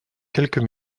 quelques